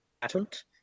patent